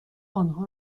آنها